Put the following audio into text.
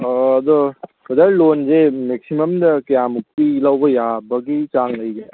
ꯑꯣ ꯑꯗꯣ ꯕ꯭ꯔꯗꯔ ꯂꯣꯟꯁꯦ ꯃꯦꯛꯁꯤꯃꯝꯗ ꯀꯌꯥꯃꯨꯛꯇꯤ ꯂꯧꯕ ꯌꯥꯕꯒꯤ ꯆꯥꯡ ꯂꯩꯒꯦ